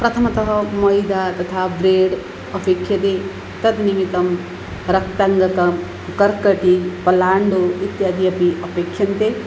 प्रथमतः मैदा तथा ब्रेड् अपेक्ष्यते तद् निमितं रक्ताङ्गककर्कटीपलाण्डुः इत्यादि अपि अपेक्ष्यन्ते